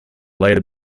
later